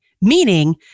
meaning